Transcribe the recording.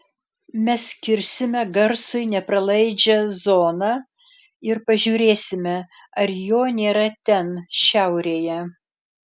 mes kirsime garsui nepralaidžią zoną ir pažiūrėsime ar jo nėra ten šiaurėje